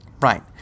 Right